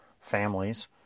families